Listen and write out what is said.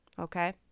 okay